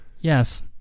yes